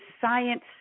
science